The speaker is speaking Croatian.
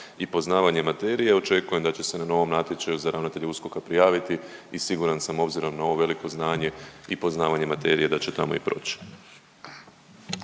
i poznavanje materije očekujem da će se na novom natječaju za ravnatelja USKOK-a prijaviti i siguran sam obzirom na ovo veliko znanje i poznavanje materije da će tamo i proć.